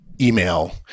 email